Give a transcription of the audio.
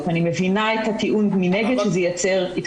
את טיסות המטען ואולי מעט טיסות נוסעים.